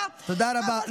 תודה, תודה רבה.